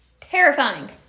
Terrifying